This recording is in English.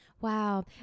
Wow